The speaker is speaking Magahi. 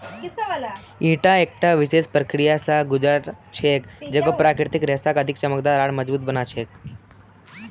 ईटा एकता विशेष प्रक्रिया स गुज र छेक जेको प्राकृतिक रेशाक अधिक चमकदार आर मजबूत बना छेक